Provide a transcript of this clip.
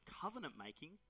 covenant-making